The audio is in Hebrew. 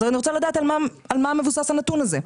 אני רוצה לדעת על מה מבוסס הנתון הזה.